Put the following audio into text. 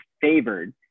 favored